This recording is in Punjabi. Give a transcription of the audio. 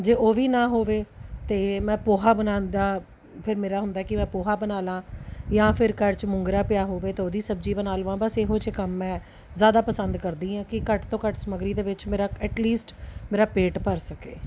ਜੇ ਉਹ ਵੀ ਨਾ ਹੋਵੇ ਤਾਂ ਮੈਂ ਪੋਹਾ ਬਣਾਉਣ ਦਾ ਫਿਰ ਮੇਰਾ ਹੁੰਦਾ ਕਿ ਮੈਂ ਪੋਹਾ ਬਣਾ ਲਾ ਜਾਂ ਫਿਰ ਘਰ 'ਚ ਮੁੰਗਰਾ ਪਿਆ ਹੋਵੇ ਤਾਂ ਉਹਦੀ ਸਬਜ਼ੀ ਬਣਾ ਲਵਾਂ ਬਸ ਇਹੋ ਜਿਹੇ ਕੰਮ ਮੈਂ ਜ਼ਿਆਦਾ ਪਸੰਦ ਕਰਦੀ ਹੈ ਕਿ ਘੱਟ ਤੋਂ ਘੱਟ ਸਮੱਗਰੀ ਦੇ ਵਿੱਚ ਮੇਰਾ ਐਟਲੀਸਟ ਮੇਰਾ ਪੇਟ ਭਰ ਸਕੇ